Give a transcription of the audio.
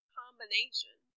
combination